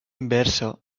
inversa